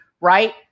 right